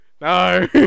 No